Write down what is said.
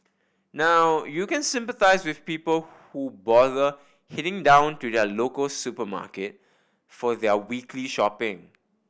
now you can sympathise with people who bother heading down to the local supermarket for their weekly shopping